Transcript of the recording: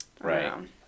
Right